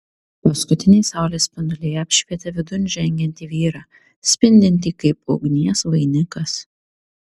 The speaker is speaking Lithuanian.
paskutiniai saulės spinduliai apšvietė vidun žengiantį vyrą spindintį kaip ugnies vainikas